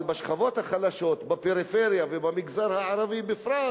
אבל בשכבות החלשות, בפריפריה ובמגזר הערבי בפרט,